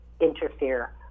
interfere